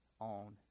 on